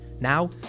Now